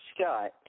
Scott